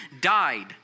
died